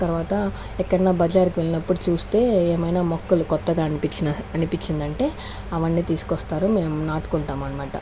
తర్వాత ఎక్కడైనా బజారు కి వెళ్ళినప్పుడు చూస్తే ఏమైనా మొక్కలు కొత్తగా అనిపించినా అనిపించిందంటే అవన్నీ తీసుకొస్తారు మేము నాటుకుంటాం అనమాట